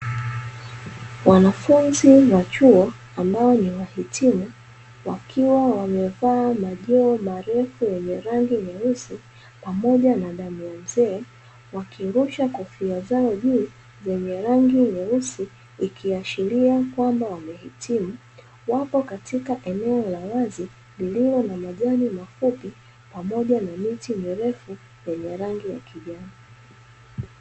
Wanafunzi wa chuo ambao ni wahitimu, wakiwa wamevaa majoho marefu yenye rangi nyeusi pamoja na damu ya mzee, wakirusha kofia zao juu zenye rangi nyeusi; ikiashiria kwamba wamehitimu. Wapo katika eneo la wazi lililo na majani mafupi pamoja na miti mirefu yenye rangi ya Kijani.